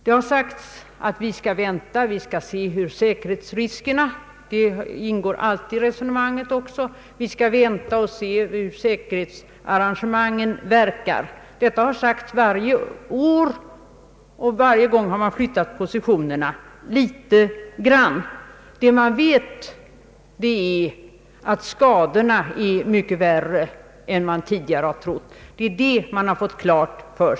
Det har sagts att vi skall vänta och se hur säkerhetsarrangemangen verkar, det ingår också alltid i resonemanget. Det har sagts varje år, och varje gång har man flyttat positionerna något litet. Man vet nu att skadorna är mycket värre än man tidigare trott.